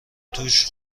توش